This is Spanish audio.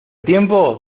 tiempo